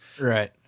right